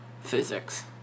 physics